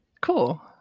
Cool